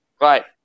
Right